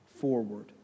forward